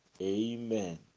amen